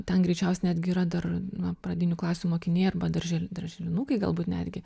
ten greičiaus netgi yra dar na pradinių klasių mokiniai arba daržel darželinukai galbūt netgi